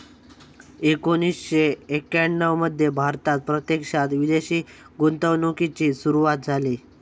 एकोणीसशे एक्याण्णव मध्ये भारतात प्रत्यक्षात विदेशी गुंतवणूकीची सुरूवात झाली